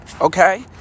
okay